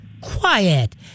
quiet